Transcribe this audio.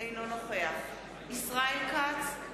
אינו נוכח ישראל כץ,